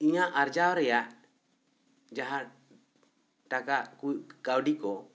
ᱤᱧᱟᱜ ᱟᱨᱡᱟᱣ ᱨᱮᱭᱟᱜ ᱡᱟᱦᱟᱱ ᱴᱟᱠᱟ ᱠᱚ ᱠᱟᱹᱣᱰᱤ ᱠᱚ